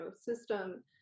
system